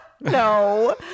No